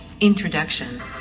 Introduction